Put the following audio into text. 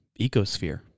ecosphere